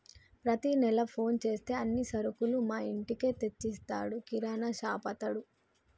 ప్రతి నెల ఫోన్ చేస్తే అన్ని సరుకులు మా ఇంటికే తెచ్చిస్తాడు కిరాణాషాపతడు